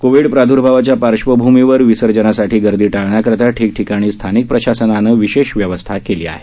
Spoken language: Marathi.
कोविड प्रादर्भावाच्या पार्श्वभूमीवर विसर्जनासाठी गर्दी टाळण्याकरता ठीकठिकाणी स्थानिक प्रशासनानं विशेष व्यवस्था केली आहे